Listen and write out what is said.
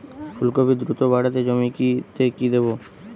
ফুলকপি দ্রুত বাড়াতে জমিতে কি দেবো?